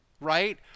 right